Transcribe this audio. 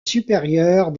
supérieure